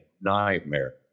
nightmare